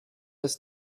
ist